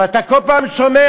אבל אתה בכל פעם שומע: